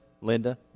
Linda